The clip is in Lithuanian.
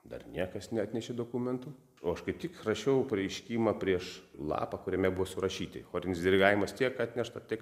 dar niekas neatnešė dokumentų o aš kaip tik rašiau pareiškimą prieš lapą kuriame buvo surašyti chorinis dirigavimas tiek atnešta tiek